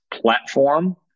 platform